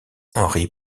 henri